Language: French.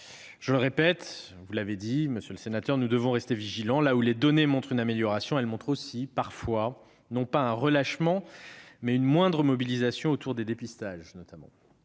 Je le répète après vous, monsieur le président, nous devons rester vigilants. Là où les données montrent une amélioration, elles montrent aussi parfois, non pas un relâchement, mais une moindre mobilisation, notamment autour des dépistages.